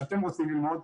איך שאתם רוצים ללמוד,